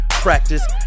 practice